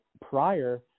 prior